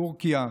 טורקיה,